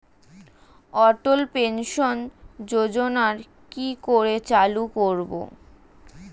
অটল pension যোজনার কি করে চালু করব?